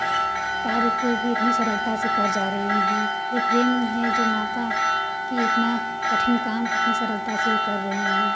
कार्य को भी इतनी सरलता से कर जा रही हैं यह प्रेम ही है जो माँ का कि इतना कठिन काम इतनी सरलता से वह कर रही है